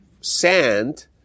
sand